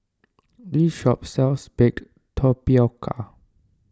this shop sells Baked Tapioca